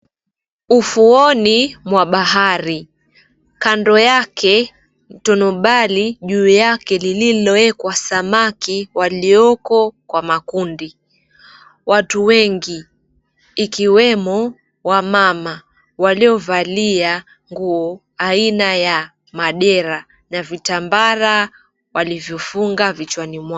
Ufuoni mwa bahari, kando yake tonobali juu yale iliyowekwa samaki walioko kwa makundi, watu wengi ikiwemo wamama waliovalia nguo aina ya madera na vitambaa waliofunga kichwani mwao.